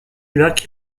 lac